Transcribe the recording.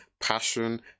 passion